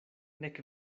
nek